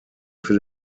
für